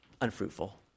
unfruitful